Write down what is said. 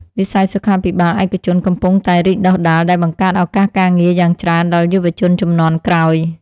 វិស័យសុខាភិបាលឯកជនកំពុងតែរីកដុះដាលដែលបង្កើតឱកាសការងារយ៉ាងច្រើនដល់យុវជនជំនាន់ក្រោយ។